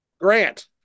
Grant